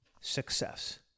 success